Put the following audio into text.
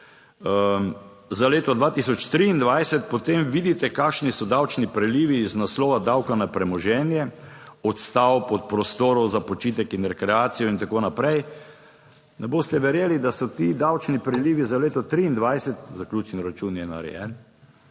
za leto 2023, potem vidite, kakšni so davčni prilivi iz naslova davka na premoženje od stavb, od prostorov za počitek in rekreacijo in tako naprej, ne boste verjeli, da so ti davčni prilivi za leto 2023, zaključni račun je narejen,